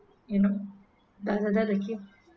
you know that that okay